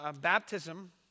baptism